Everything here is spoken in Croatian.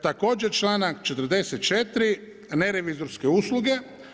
Također članak 44. nerevizorske usluge.